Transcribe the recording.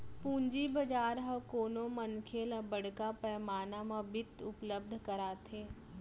पूंजी बजार ह कोनो मनखे ल बड़का पैमाना म बित्त उपलब्ध कराथे